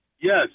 Yes